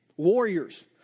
Warriors